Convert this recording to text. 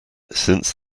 since